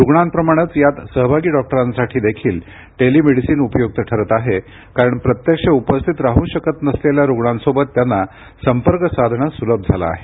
रुग्णांप्रमाणेच यात सहभागी डॉक्टरांसाठी देखील टेलिमेडीसिन उपयुक्त ठरत आहे कारण प्रत्यक्ष उपस्थित राहू शकत नसलेल्या रुग्णांसोबत त्यांना संपर्क साधणं सुलभ झालं आहे